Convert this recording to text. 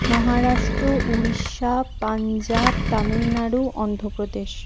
Maharashtra Orissa Punjab Tamil Nadu Andhra Pradesh